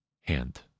hand